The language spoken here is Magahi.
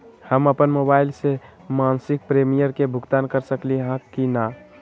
हम अपन मोबाइल से मासिक प्रीमियम के भुगतान कर सकली ह की न?